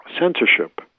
censorship